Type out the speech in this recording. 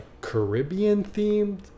Caribbean-themed